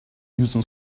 using